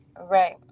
Right